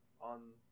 on